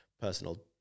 personal